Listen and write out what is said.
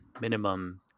minimum